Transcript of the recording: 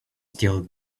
still